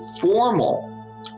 formal